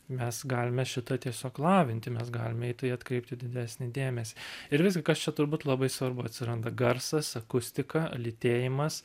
mes galime šitą tiesiog lavinti mes galime į tai atkreipti didesnį dėmesį ir visgi kas čia turbūt labai svarbu atsiranda garsas akustika lytėjimas